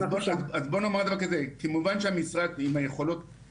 כמובן שהמשרד עם היכולות